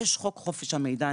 יש חוק חופש המידע,